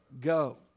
go